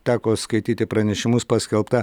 teko skaityti pranešimus paskelbta